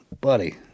buddy